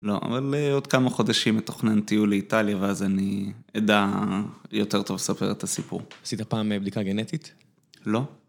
‫לא, אבל עוד כמה חודשים מתוכנן טיול לאיטליה, ‫ואז אני אדע יותר טוב לספר את הסיפור. ‫עשית פעם בדיקה גנטית? ‫-לא.